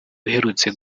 uherutse